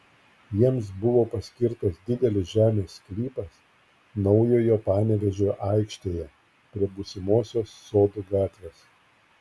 jiems buvo paskirtas didelis žemės sklypas naujojo panevėžio aikštėje prie būsimosios sodų gatvės